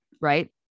right